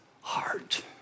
heart